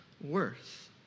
worth